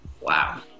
wow